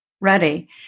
ready